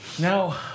Now